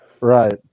Right